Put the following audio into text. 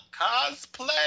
cosplay